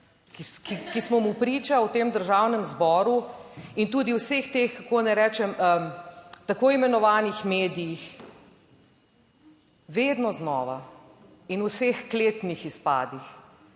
ki smo mu priča v tem Državnem zboru in tudi v vseh teh, kako naj rečem, tako imenovanih medijih vedno znova in v vseh kletnih izpadih.